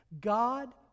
God